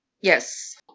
Yes